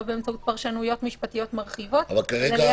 לא באמצעות פרשנויות משפטיות מרחיבות -- אבל כרגע,